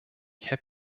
herr